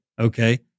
Okay